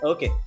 Okay